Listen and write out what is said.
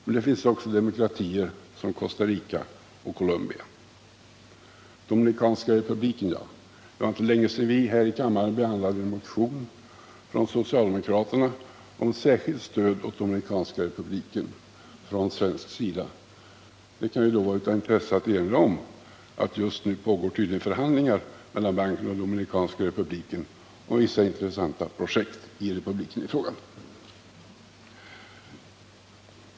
Men där finns också demokratier som Costa Rica och Colombia. — Dominikanska republiken — ja! Det var inte länge sedan vi här i kammaren behandlade en motion om särskilt stöd åt Dominikanska republiken från svensk sida. Det kan ju då vara av intresse att erinra om att det just nu tydligen pågår förhandlingar mellan IDB och Dominikanska republiken om vissa intressanta projekt i republiken i fråga.